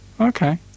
okay